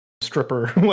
stripper